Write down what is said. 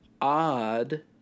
odd